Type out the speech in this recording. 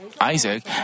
Isaac